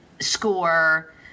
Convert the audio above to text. score